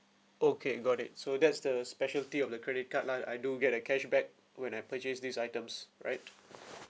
okay got it so that's the specialty of the credit card lah I do get a cashback when I purchase these items right